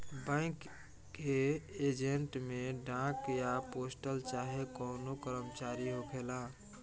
bank के agent में डाक या पोस्टल चाहे कवनो कर्मचारी होखेला